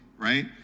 Right